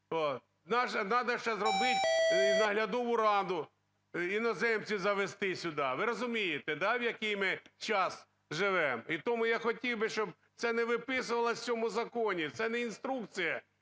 Надо ще зробити наглядову раду, іноземців завести сюда, ви розумієте, да, в якій ми час живемо. І тому я б хотів би, щоб це не виписувалося в цьому законі, це не інструкція,